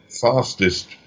fastest